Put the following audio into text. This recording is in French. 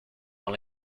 dans